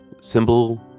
symbol